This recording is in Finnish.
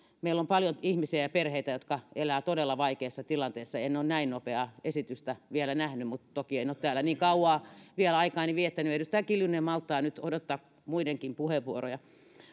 meillä on paljon ihmisiä ja perheitä jotka elävät todella vaikeassa tilanteessa en ole näin nopeaa esitystä vielä nähnyt mutta toki en ole täällä niin kauan vielä aikaani viettänyt edustaja kiljunen malttaa nyt odottaa muidenkin puheenvuoroja